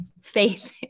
faith